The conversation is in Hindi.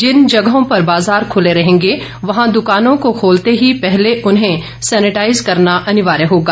जिन जगहों पर बाजार खत्ले रहेंगे वहां दकानों को खोलते ही पहले उन्हें सेनिटाइज करना अनिवार्य होगा